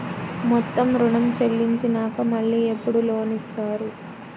మొత్తం ఋణం చెల్లించినాక మళ్ళీ ఎప్పుడు లోన్ ఇస్తారు?